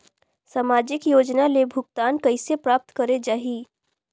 समाजिक योजना ले भुगतान कइसे प्राप्त करे जाहि?